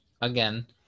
again